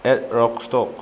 at rock stock